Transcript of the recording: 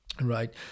Right